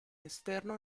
esterno